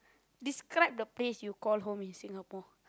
describe the place you call home in Singapore